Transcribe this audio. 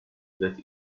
that